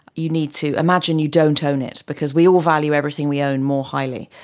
you need to imagine you don't own it, because we all value everything we own more highly,